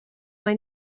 más